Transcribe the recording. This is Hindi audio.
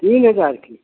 तीन हज़ार की